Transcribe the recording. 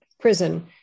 prison